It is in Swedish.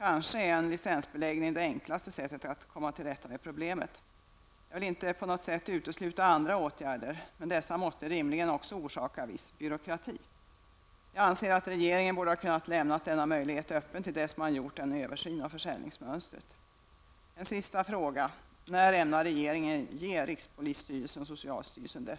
En licensbeläggning är kanske det enklaste sättet att komma till rätta med problemet. Jag vill inte på något sätt utesluta andra åtgärder, men dessa måste rimligen också föra med sig viss byråkrati. Jag anser att regeringen borde ha lämnat denna möjlighet öppen till dess man gjort en översyn av försäljningsmönstret.